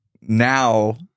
now